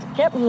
get